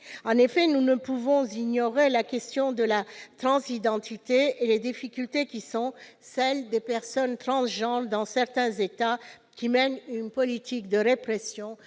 En effet, nous ne pouvons ignorer la question de la transidentité et les difficultés qui sont celles des personnes transgenres dans certains États menant une politique de répression